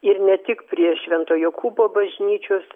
ir ne tik prie švento jokūbo bažnyčios